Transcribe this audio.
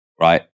right